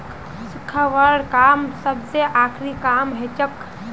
सुखव्वार काम सबस आखरी काम हछेक